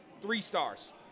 three-stars